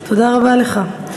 תודה רבה לך.